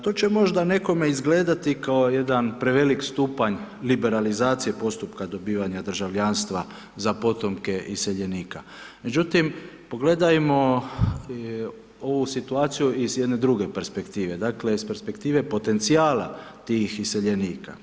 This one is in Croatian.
To će možda nekome izgledati kao jedan prevelik stupanj liberalizacije postupka dobivanja državljanstva za potomke iseljenika, međutim, pogledajmo ovu situaciju iz jedne druge perspektive, dakle, iz perspektive potencijala tih iseljenika.